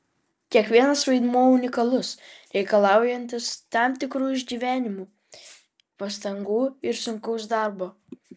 kiekvienas vaidmuo unikalus reikalaujantis tam tikrų išgyvenimų pastangų ir sunkaus darbo